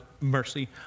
mercy